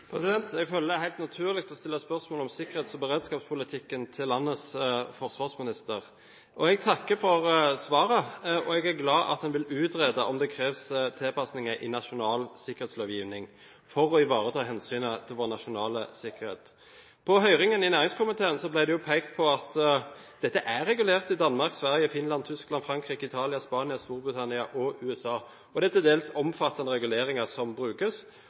landets forsvarsminister. Jeg takker for svaret, og jeg er glad for at en vil utrede om det kreves tilpasninger i nasjonal sikkerhetslovgivning for å ivareta hensynet til vår nasjonale sikkerhet. På høringen i næringskomiteen ble det jo pekt på at dette er regulert i Danmark, Sverige, Finland, Tyskland, Frankrike, Italia, Spania, Storbritannia og USA. Det er til dels omfattende reguleringer som brukes,